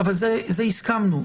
האם עושים הסדר פרטני שהוא קצר מועד.